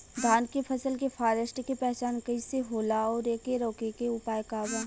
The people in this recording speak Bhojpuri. धान के फसल के फारेस्ट के पहचान कइसे होला और एके रोके के उपाय का बा?